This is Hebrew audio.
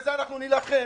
ובזה אנחנו נילחם,